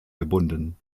gebunden